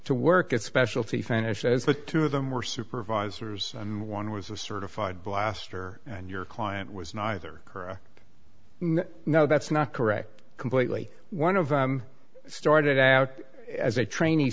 to work a specialty finish but two of them were supervisors and one was a certified blaster and your client was neither her no that's not correct completely one of them started out as a trainee